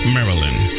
Maryland